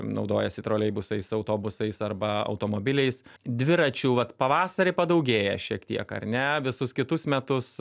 naudojasi troleibusais autobusais arba automobiliais dviračiu vat pavasarį padaugėja šiek tiek ar ne visus kitus metus